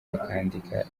bakandika